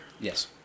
Yes